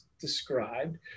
described